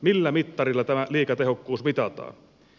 millä mittarilla tämä liikatehokkuus mitataan